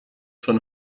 von